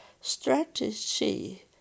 strategy